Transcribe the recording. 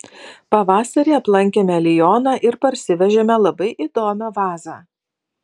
pavasarį aplankėme lioną ir parsivežėme labai įdomią vazą